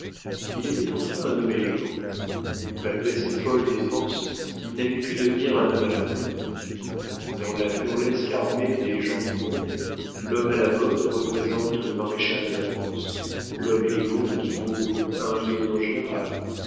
il était enfin un homme élégant malgré ses folles dépenses il n'avait pu devenir un homme à la mode dans la burlesque armée des gens du monde l'homme à la mode représente le maréchal de france l'homme élégant équivaut à un lieutenant-général